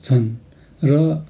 छन् र